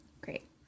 Great